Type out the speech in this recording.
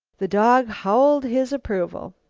the dog howled his approval.